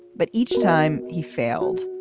but each time he failed,